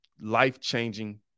life-changing